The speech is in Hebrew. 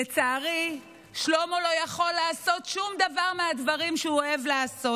לצערי שלמה לא יכול לעשות היום שום דבר מהדברים שהוא אוהב לעשות,